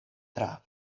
tra